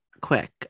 quick